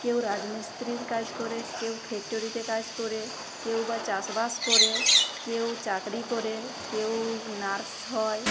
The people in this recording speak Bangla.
কেউ রাজমিস্ত্রির কাজ করে কেউ ফ্যা ক্টরিতে কাজ করে কেউ বা চাষবাস করে কেউ চাকরি করে কেউ নার্স হয়